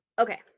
Okay